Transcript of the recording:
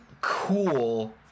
cool